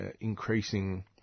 increasing